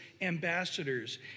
ambassadors